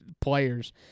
players